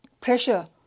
pressure